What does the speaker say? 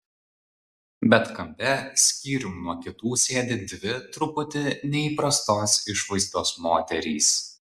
bet kampe skyrium nuo kitų sėdi dvi truputį neįprastos išvaizdos moterys